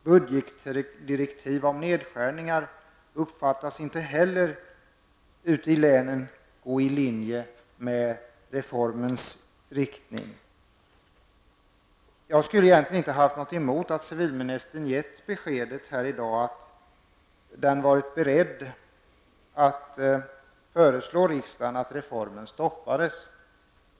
Budgetdirektiv om nedskärningar uppfattas inte heller ute i länen gå i reformens riktning. Jag skulle egentligen inte ha haft något emot att civilministern i dag hade gett ett besked om att regeringen är beredd att föreslå riksdagen att reformen stoppas.